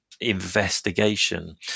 investigation